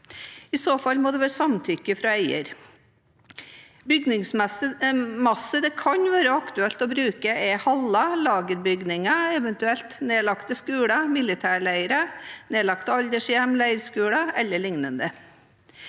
I så fall må det være samtykke fra eier. Bygningsmasse det kan være aktuelt å bruke, er haller, lagerbygninger, eventuelt nedlagte skoler, militærleirer, nedlagte aldershjem, leirskoler e.l. Det